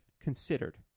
Considered